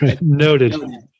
Noted